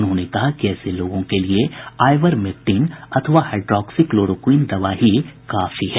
उन्होंने कहा कि ऐसे लोगों के लिए आइवरमेक्टिन अथवा हाइड्रोक्सी क्लोरोक्विन दवा ही काफी है